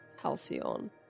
Halcyon